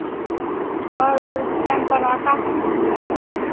sir और time पर आता है ना